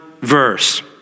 verse